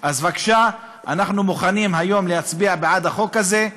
אז בבקשה, אנחנו מוכנים היום להצביע בעד החוק הזה,